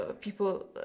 people